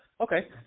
Okay